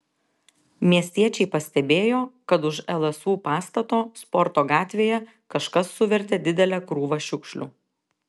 miestiečiai pastebėjo kad už lsu pastato sporto gatvėje kažkas suvertė didelę krūvą šiukšlių